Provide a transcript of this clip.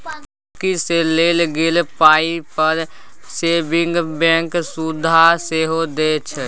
गांहिकी सँ लेल गेल पाइ पर सेबिंग बैंक सुदि सेहो दैत छै